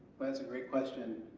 that's a great question